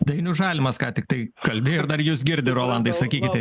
dainius žalimas ką tiktai kalbėjo ir dar jus girdi rolandai sakykite